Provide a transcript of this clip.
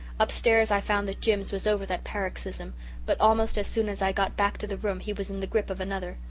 upstairs i found that jims was over that paroxysm, but almost as soon as i got back to the room he was in the grip of another.